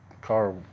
car